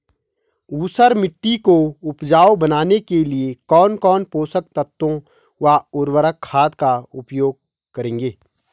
ऊसर मिट्टी को उपजाऊ बनाने के लिए कौन कौन पोषक तत्वों व उर्वरक खाद का उपयोग करेंगे?